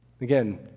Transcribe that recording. Again